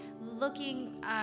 looking